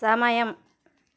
సమయం